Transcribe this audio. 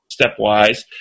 stepwise